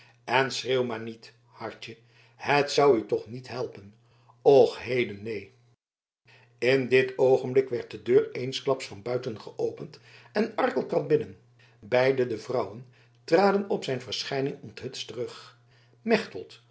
en schreeuw maar niet hartje het zou u toch niet helpen och heden neen in dit oogenblik werd de deur eensklaps van buiten geopend en arkel trad binnen beide de vrouwen traden op zijn verschijning onthutst terug mechtelt